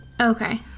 Okay